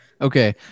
Okay